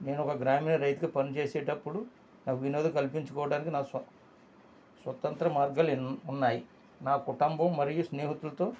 నేను ఒక గ్రామీణ రైతు పనిచేసేటప్పుడు నాకు వినోదం కల్పించుకోవడానికి నాకు స్వతంత్రం మార్గాలు ఉన్నాయి నా కుటుంబం మరియు స్నేహితులతో